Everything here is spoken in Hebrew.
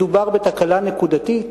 מדובר בתקלה נקודתית.